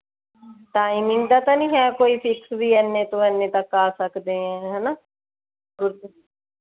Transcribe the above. timing ਦਾ ਤਾਂ ਨਹੀਂ ਹੈ ਕੋਈ ਫ਼ਿਕਸ ਵੀ ਇੰਨੇ ਤੋਂ ਇੰਨੇ ਤੱਕ ਆ ਸਕਦੇ ਹਾਂ ਹੈਨਾ